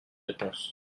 réponses